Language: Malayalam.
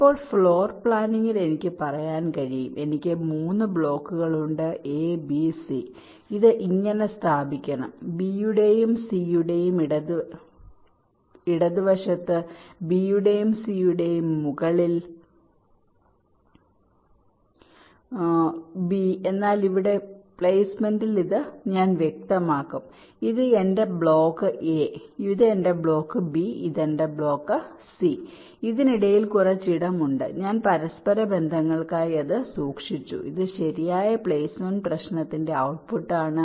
ഇപ്പോൾ ഫ്ലോർ പ്ലാനിംഗിൽ എനിക്ക് പറയാൻ കഴിയും എനിക്ക് 3 ബ്ലോക്കുകൾ ഉണ്ട് എ ബി സി ഇത് ഇങ്ങനെ സ്ഥാപിക്കണം B യുടെയും C യുടെയും ഇടതുവശത്ത് B യുടെയും C യുടെയും മുകളിൽ B എന്നാൽ ഇവിടെ പ്ലെയ്സ്മെന്റിൽ ഞാൻ ഇത് വ്യക്തമാക്കും ഇത് എന്റെ ബ്ലോക്ക് A ഇത് എന്റെ ബ്ലോക്ക് B ഇതാണ് എന്റെ ബ്ലോക്ക് C അതിനിടയിൽ കുറച്ച് ഇടമുണ്ട് ഞാൻ പരസ്പരബന്ധങ്ങൾക്കായി സൂക്ഷിച്ചു ഇത് ശരിയായ പ്ലേസ്മെന്റ് പ്രശ്നത്തിന്റെ ഔട്ട്പുട്ട്ആണ്